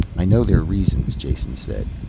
i know their reasons, jason said.